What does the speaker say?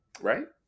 Right